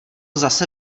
zase